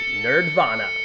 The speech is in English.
Nerdvana